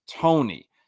Tony